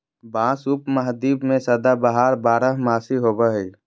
बाँस उपमहाद्वीप में सदाबहार बारहमासी होबो हइ